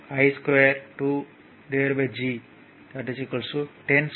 P I2G 2 0